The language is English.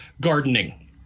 gardening